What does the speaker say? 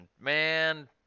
man